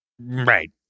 Right